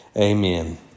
amen